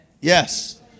Yes